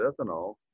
ethanol